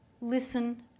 listen